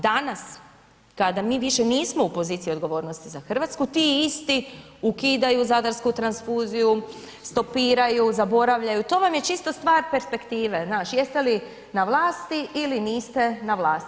Danas, kada mi više nismo u poziciji odgovornosti za Hrvatsku, ti isti ukidaju zadarsku transfuziju, stopiraju, zaboravljaju, to vam je čisto stvar perspektive, znaš, jeste li na vlasti ili niste na vlasti.